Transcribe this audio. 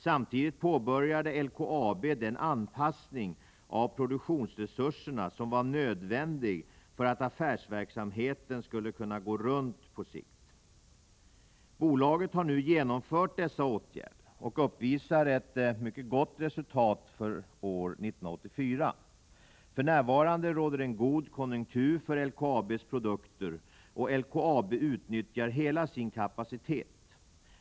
Samtidigt påbörjade LKAB den anpassning av produktionsresurserna som var nödvändig för att affärsverksamheten skulle kunna gå runt på sikt. Bolaget har nu genomfört dessa åtgärder och uppvisar ett mycket gott resultat för år 1984. För närvarande råder en god konjunktur för LKAB:s produkter, och LKAB utnyttjar hela sin kapacitet.